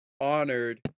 honored